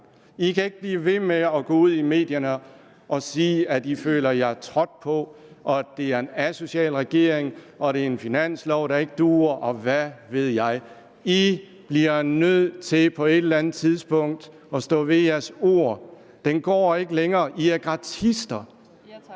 kan ikke blive ved med at gå ud i medierne og sige, at man føler sig trådt på, og at det er en asocial regering, og at det er en finanslov, der ikke duer, og hvad ved jeg. Enhedslisten bliver nødt til på et eller andet tidspunkt at stå ved sit ord. Den går ikke længere, Enhedslisten er